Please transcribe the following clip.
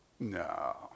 No